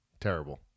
Terrible